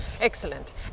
Excellent